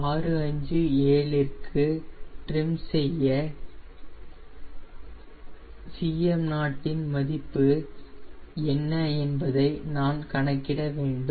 657 இன் ட்ரிம் செய்ய Cm0 இன் மதிப்பு என்ன என்பதை நான் கணக்கிட வேண்டும்